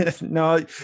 No